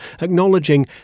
acknowledging